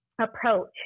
approach